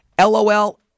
LOL